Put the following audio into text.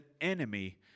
enemy